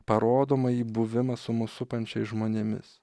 parodomąjį buvimą su mus supančiais žmonėmis